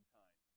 time